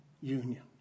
union